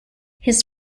his